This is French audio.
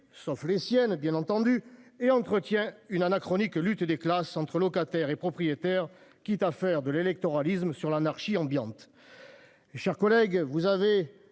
sauf les siennes bien entendu et entretient une anachronique lutte des classes entre locataires et propriétaires quitte à faire de l'électoralisme sur l'anarchie ambiante.